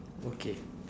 okay